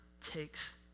takes